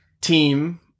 team